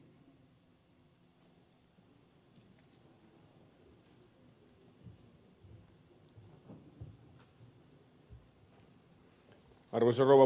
arvoisa rouva puhemies